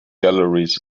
galleries